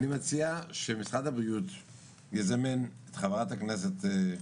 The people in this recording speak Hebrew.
אני אשמח להשלים את ההצגה הזאת.